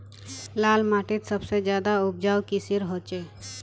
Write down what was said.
लाल माटित सबसे ज्यादा उपजाऊ किसेर होचए?